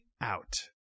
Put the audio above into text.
out